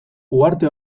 uharte